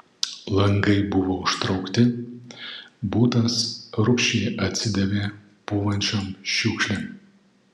langai buvo užtraukti butas rūgščiai atsidavė pūvančiom šiukšlėm